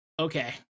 okay